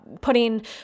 putting